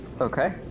Okay